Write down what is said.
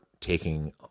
taking